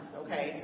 okay